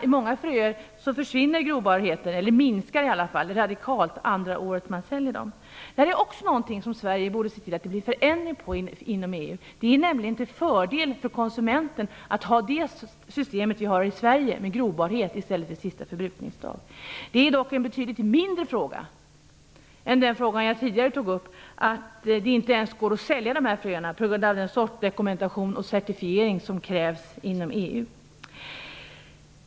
I många fröer minskar grobarheten radikalt andra året som man säljer dem. Detta är också någonting som Sverige borde se till att det blir en förändring av inom EU. Det är nämligen till fördel för konsumenten att ha systemet med grobarhet i stället för sista förbrukningsdag. Detta är dock en betydligt mindre fråga än den som jag tidigare tog upp, nämligen att det inte ens kommer att vara tillåtet att sälja dessa fröer på grund av den sortdokumentation och certifiering som krävs inom EU.